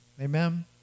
Amen